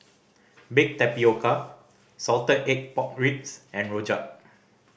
baked tapioca salted egg pork ribs and rojak